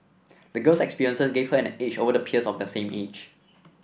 the girl's experiences gave her an edge over her peers of the same age